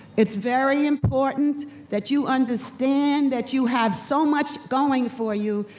it's very important that you understand that you have so much going for you,